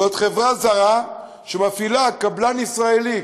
זאת חברה זרה שמפעילה קבלן ישראלי.